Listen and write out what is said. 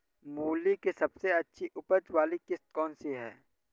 मूली की सबसे अच्छी उपज वाली किश्त कौन सी है?